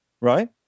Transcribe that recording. Right